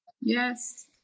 Yes